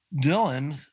Dylan